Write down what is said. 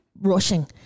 rushing